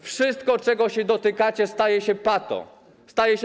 Wszystko, czego się dotykacie, staje się pato, staje się